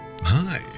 Hi